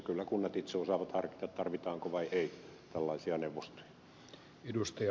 kyllä kunnat itse osaavat harkita tarvitaanko vai ei tällaisia neuvostoja